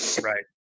Right